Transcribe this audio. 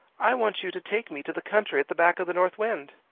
i want you to take me to the country at the back of the north wind.